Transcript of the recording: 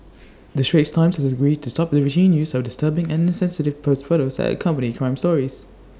the straits times has agreed to stop the routine use of disturbing and insensitive posed photos that accompany crime stories